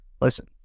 listen